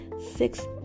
six